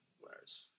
Whereas